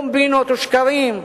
קומבינות ושקרים,